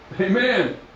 Amen